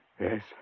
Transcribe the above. Yes